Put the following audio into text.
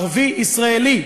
ערבי ישראלי.